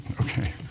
Okay